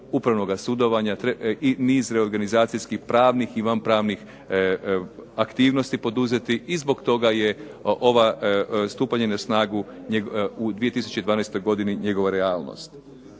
upravnoga sudovanja, i niz reorganizacijskih pravnih i vanpravnih aktivnosti poduzeti, i zbog toga je ova, stupanje na snagu u 2012. godini njegova realnost.